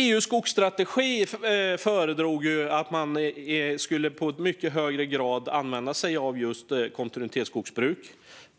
Enligt EU:s skogsstrategi skulle man i mycket högre grad använda sig av just kontinuitetsskogsbruk.